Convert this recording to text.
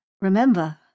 Remember